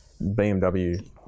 BMW